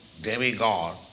demigod